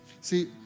See